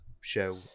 show